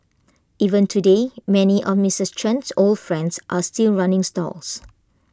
even today many of Misters Chen old friends are still running stalls